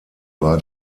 war